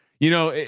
you know,